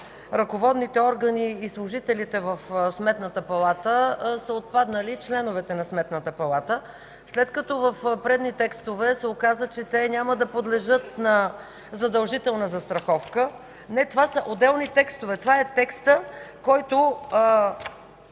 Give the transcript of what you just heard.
ръководните органи и служителите в Сметната палата, са отпаднали членовете на Сметната палата. След като в предни текстове се оказа, че те няма да подлежат на задължителна застраховка... (Реплика от народния представител Менда Стоянова.)